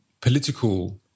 political